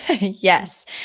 yes